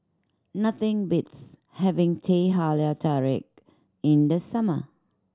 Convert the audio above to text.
nothing beats having Teh Halia Tarik in the summer